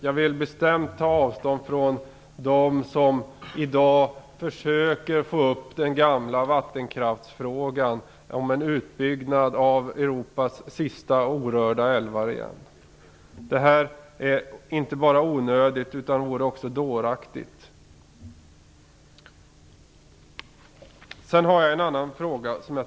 Jag vill bestämt ta avstånd från dem som på nytt fösöker väcka den gamla vattenkraftsfrågan om en utbyggnad av Europas sista orörda älvar. Det är inte bara onödigt, det vore också dåraktigt. Så till en annan fråga.